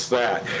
that?